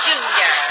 Junior